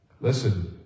Listen